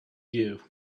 year